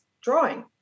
drawing